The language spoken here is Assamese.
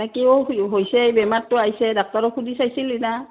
কিয় হৈছে বেমাৰটো আহছে ডাক্তৰক সুধি চাইছিল না